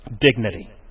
dignity